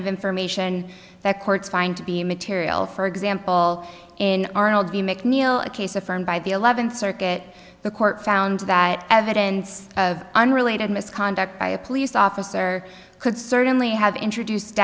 of information that courts find to be material for example in arnold the macneil a case affirmed by the eleventh circuit the court found that evidence of unrelated misconduct by a police officer could certainly have introduced